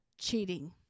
cheating